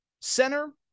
center